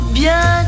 bien